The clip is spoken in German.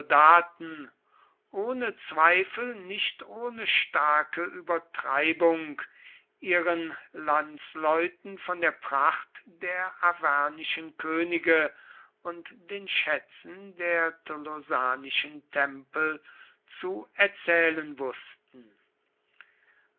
soldaten ohne zweifel nicht ohne starke übertreibung ihren landsleuten von der pracht der arvernischen könige und den schätzen der tolosanischen tempel zu erzählen wußten